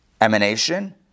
emanation